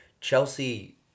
Chelsea